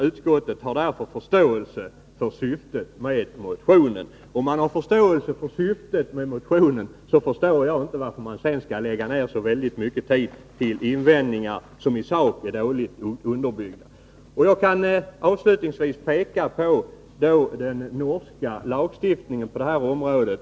Utskottet har därför förståelse för syftet med motionen.” Om man har förståelse för syftet med motionen, begriper jag inte varför man lägger ned så mycken tid på invändningar, som i sak är dåligt underbyggda. Jag kan avslutningsvis peka på den norska lagstiftningen på det här området.